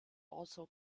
also